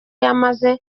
yamaze